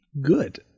good